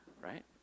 right